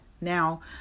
Now